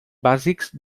bàsics